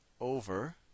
over